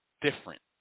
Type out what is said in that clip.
different